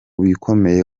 bikomeye